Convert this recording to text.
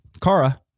Kara